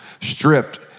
stripped